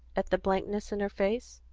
at the blankness in her face.